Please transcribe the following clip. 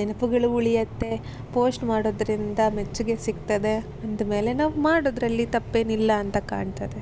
ನೆನಪುಗಳು ಉಳಿಯುತ್ತೆ ಪೋಸ್ಟ್ ಮಾಡೋದರಿಂದ ಮೆಚ್ಚುಗೆ ಸಿಗ್ತದೆ ಅಂದ ಮೇಲೆ ನಾವು ಮಾಡೋದರಲ್ಲಿ ತಪ್ಪೇನಿಲ್ಲ ಅಂತ ಕಾಣ್ತದೆ